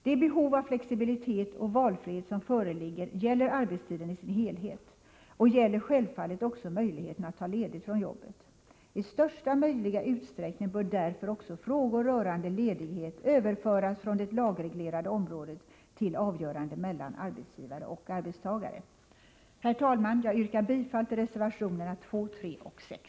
Det behov av flexibilitet och valfrihet som föreligger gäller arbetstiden i dess helhet och gäller självfallet också möjligheten att ta ledigt från jobbet. I största möjliga utsträckning bör därför även frågor rörande ledighet överföras från det lagreglerade området till avgörande mellan arbetsgivare och arbetstagare. Herr talman! Jag yrkar bifall till reservationerna 2, 3 och 6.